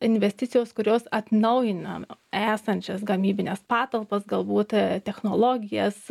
investicijos kurios atnaujina esančias gamybines patalpas galbūt technologijas